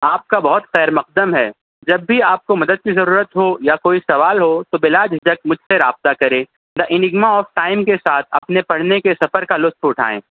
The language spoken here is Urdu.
آپ کا بہت خیر مقدم ہے جب بھی آپ کو مدد کی ضرورت ہو یا کوئی سوال ہو تو بلاجھجک مجھ سے رابطہ کریں دا انگما آف ٹائم کے ساتھ اپنے پڑھنے کے سفر کا لطف اٹھائیں